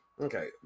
Okay